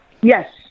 Yes